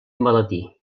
maletí